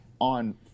on